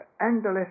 endless